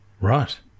Right